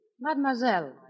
Mademoiselle